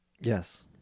Yes